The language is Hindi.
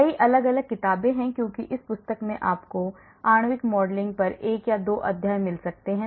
कई अलग अलग किताबें हैं क्योंकि इस पुस्तक में आपको आणविक मॉडलिंग पर 1 या 2 अध्याय मिल सकते हैं